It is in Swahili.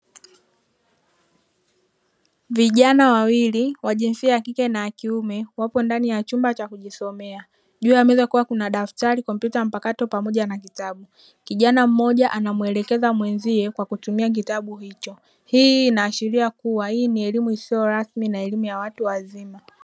Vijana wawili wa jinsia ya kike na ya kiume wapo ndani ya chumba cha kujisomea, juu ya meza kuna daftari, kompyuta mpakato pamoja na vitabu. Kijana mmoja anamuelekeza mwenzie kwa kutumia kitabu hicho, hii inaashiria kuwa ni elimu isiyo rasmi na elimu ya watu wazima.